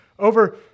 over